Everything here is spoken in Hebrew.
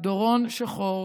דורון שחור,